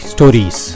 Stories